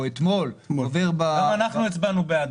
אתמול -- אגב, גם אנחנו באופוזיציה הצבענו בעד